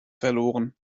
verloren